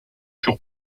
sur